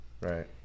Right